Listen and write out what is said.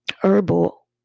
herbal